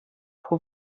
pro